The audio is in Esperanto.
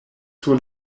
sur